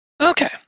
Okay